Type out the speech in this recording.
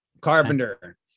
Carpenter